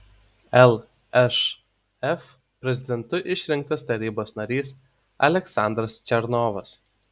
lšf prezidentu išrinktas tarybos narys aleksandras černovas